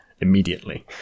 immediately